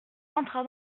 entra